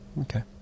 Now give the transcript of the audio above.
Okay